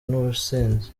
n’ubusinzi